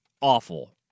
awful